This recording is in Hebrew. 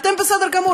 אתם בסדר גמור,